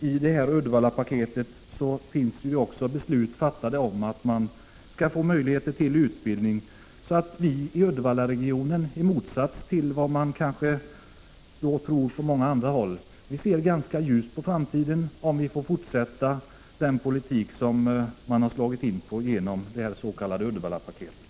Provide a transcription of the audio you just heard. I Uddevallapaketet finns beslut fattade om möjligheter till utbildning. Vii Uddevallaregionen ser — i motsats till vad man kanske tror på andra håll — ganska ljust på framtiden, om vi får fortsätta den politik som man har slagit in på genom det s.k. Uddevallapaketet.